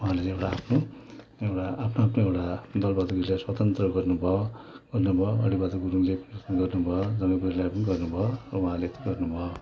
उहाँले एउटा आफ्नो एउटा आफ्नो आफ्नो एउटा दल बहादुर गिरीले स्वतन्त्र गर्नु भयो अरी बहादुर गुरुङले गर्नु भयो जङ्ग बहादुरले पनि गर्नु भयो उहाँले पनि त गर्नु भयो